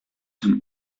him